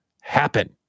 happen